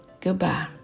goodbye